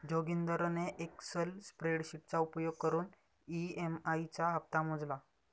जोगिंदरने एक्सल स्प्रेडशीटचा उपयोग करून ई.एम.आई चा हप्ता मोजला